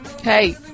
Hey